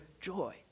joy